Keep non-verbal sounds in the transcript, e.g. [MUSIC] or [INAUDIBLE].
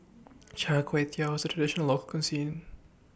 [NOISE] Char Kway Teow situation Local Cuisine